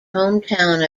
hometown